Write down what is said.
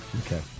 Okay